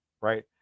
right